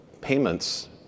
payments